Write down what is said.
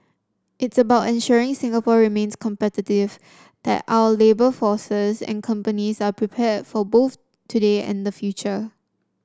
it's about ensuring Singapore remains competitive that our labour forces and companies are prepared for both today and the future